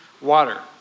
water